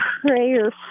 prayer